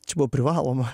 čia buvo privaloma